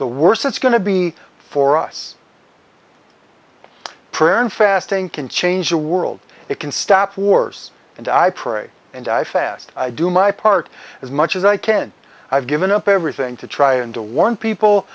the worse it's going to be for us prayer and fasting can change the world it can stop wars and i pray and i fast i do my part as much as i can i've given up everything to try and to warn people